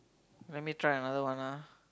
let me try another one ah